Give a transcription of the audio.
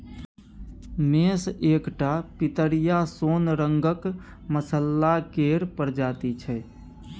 मेस एकटा पितरिया सोन रंगक मसल्ला केर प्रजाति छै